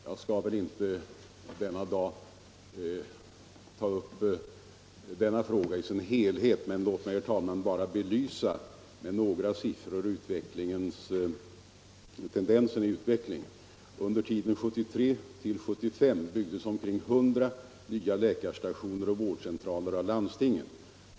— Jag skall väl inte i dag ta upp den frågan i sin helhet, men låt mig, herr talman, bara med några siffror belysa utvecklingen. Under tiden 1974-1975 byggdes omkring 100 nya läkarstationer och vårdcentraler av landstingen.